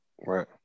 Right